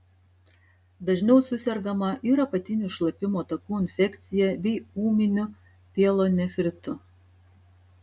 dažniau susergama ir apatinių šlapimo takų infekcija bei ūminiu pielonefritu